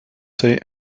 say